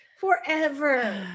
forever